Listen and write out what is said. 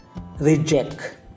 reject